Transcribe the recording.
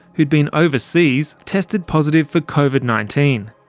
had been overseas. tested positive for covid nineteen.